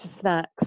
snacks